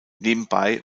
nebenbei